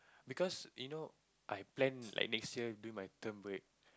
because you know I plan like next year during my term break